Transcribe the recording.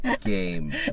game